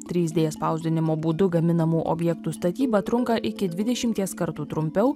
trys d spausdinimo būdu gaminamų objektų statyba trunka iki dvidešimties kartų trumpiau